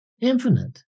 infinite